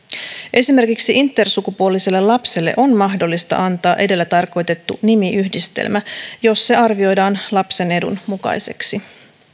esimerkiksi intersukupuoliselle lapselle on mahdollista antaa edellä tarkoitettu nimiyhdistelmä jos se arvioidaan lapsen edun mukaiseksi